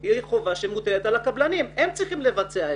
היא חובה שמוטלת על הקבלנים, הם צריכים לבצע זאת.